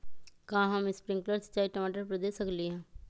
का हम स्प्रिंकल सिंचाई टमाटर पर दे सकली ह?